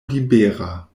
libera